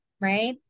right